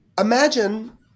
imagine